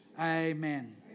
Amen